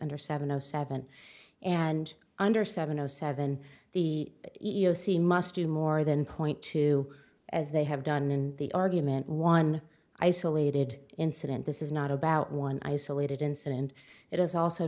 under seven zero seven and under seven zero seven the e e o c must do more than point to as they have done in the argument one isolated incident this is not about one isolated incident it is also